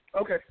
Okay